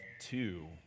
two